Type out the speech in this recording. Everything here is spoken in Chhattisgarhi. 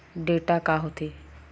डेटा का होथे?